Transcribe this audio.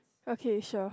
okay sure